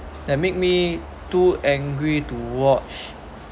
that make me too angry to watch